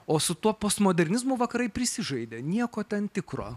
o su tuo postmodernizmu vakarai prisižaidė nieko ten tikro